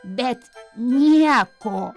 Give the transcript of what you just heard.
bet nieko